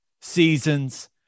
seasons